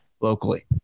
locally